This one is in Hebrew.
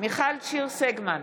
מיכל שיר סגמן,